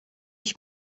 ich